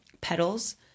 petals